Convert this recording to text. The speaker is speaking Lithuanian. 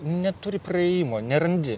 neturi praėjimo nerandi